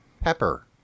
Pepper